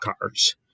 cars